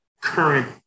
Current